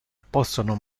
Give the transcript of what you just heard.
possono